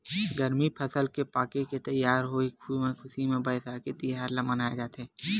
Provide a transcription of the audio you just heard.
गरमी फसल के पाके के तइयार होए के खुसी म बइसाखी तिहार ल मनाए जाथे